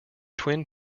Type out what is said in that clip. twin